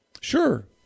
Sure